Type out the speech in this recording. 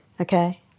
Okay